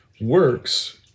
works